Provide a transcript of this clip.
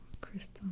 crystal